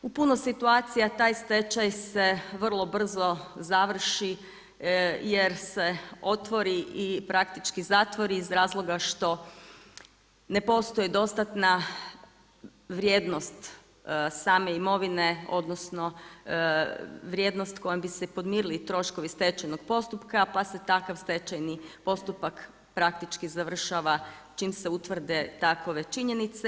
U puno situacija taj stečaj se vrlo brzo završi jer se otvori i praktički zatvori iz razloga što ne postoji dostatna vrijednost same imovine, odnosno vrijednost kojom bi se podmirili troškovi stečajnog postupka pa se takav stečajni postupak praktički završava čim se utvrde takve činjenice.